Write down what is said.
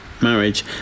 marriage